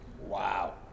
Wow